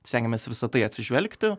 stengiamės į visa tai atsižvelgti